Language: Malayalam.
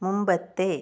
മുമ്പത്തെ